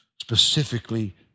specifically